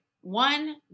One